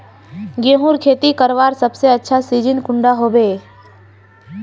गेहूँर खेती करवार सबसे अच्छा सिजिन कुंडा होबे?